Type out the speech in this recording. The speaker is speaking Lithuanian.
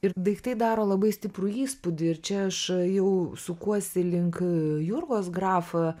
ir daiktai daro labai stiprų įspūdį ir čia aš jau sukuosi link jurgos grafa